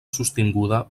sostinguda